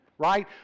right